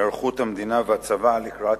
היערכות המדינה והצבא לקראת